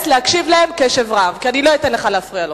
להקשיב להם קשב רב כי אני לא אתן לך להפריע לו.